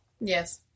Yes